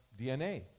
DNA